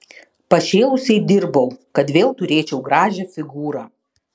pašėlusiai dirbau kad vėl turėčiau gražią figūrą